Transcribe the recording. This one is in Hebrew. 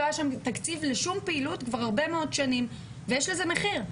לא היה שם תקציב לשום פעילות כבר הרבה מאוד שנים ויש לזה מחיר.